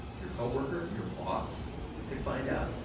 your coworker, your boss could find out.